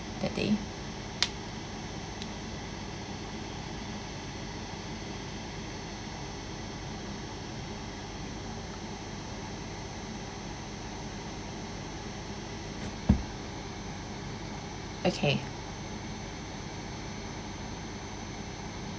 the day okay